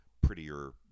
prettier